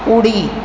उडी